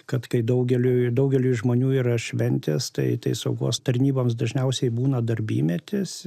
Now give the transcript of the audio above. kad kai daugeliui daugeliui žmonių yra šventės tai tai saugos tarnyboms dažniausiai būna darbymetis